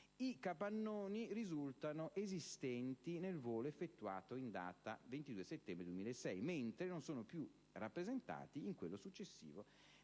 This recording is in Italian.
i capannoni risultano esistenti nel volo effettuato in data 22 settembre 2006, mentre non sono più rappresentati in quello successivo